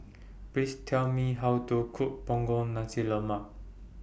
Please Tell Me How to Cook Punggol Nasi Lemak